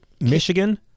Michigan